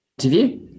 interview